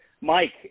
Mike